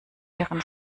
ihren